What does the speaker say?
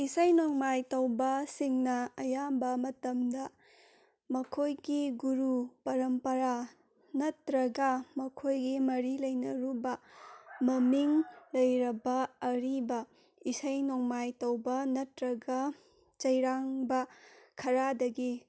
ꯏꯁꯩ ꯅꯣꯡꯃꯥꯏ ꯇꯧꯕꯁꯤꯡꯅ ꯑꯌꯥꯝꯕ ꯃꯇꯝꯗ ꯃꯈꯣꯏꯒꯤ ꯒꯨꯔꯨ ꯄꯔꯝ ꯄꯔꯥ ꯅꯠꯇ꯭ꯔꯒ ꯃꯈꯣꯏꯒꯤ ꯃꯔꯤ ꯂꯩꯅꯔꯨꯕ ꯃꯃꯤꯡ ꯂꯩꯔꯕ ꯑꯔꯤꯕ ꯏꯁꯩ ꯅꯣꯡꯃꯥꯏ ꯇꯧꯕ ꯅꯠꯇ꯭ꯔꯒ ꯁꯩꯔꯥꯡꯕ ꯈꯔꯗꯒꯤ